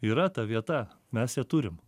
yra ta vieta mes ją turim